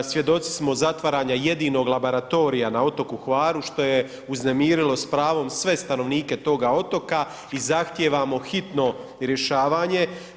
Svjedoci smo zatvaranja jedinog laboratorija na otoku Hvaru što je uznemirilo s pravom sve stanovnike toga otoka i zahtijevamo hitno rješavanje.